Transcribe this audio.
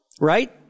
right